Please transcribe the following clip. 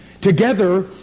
together